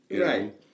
Right